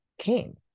came